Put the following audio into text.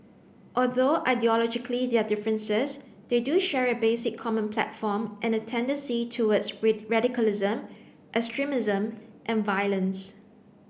although ideologically there are differences they do share a basic common platform and a tendency towards radicalism extremism and violence